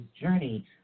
journey